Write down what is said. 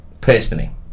Personally